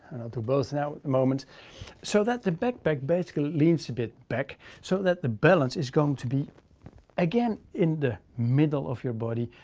to both now the moment so that the back pack basically leans a bit back so that the balance is going to be again in the middle of your body,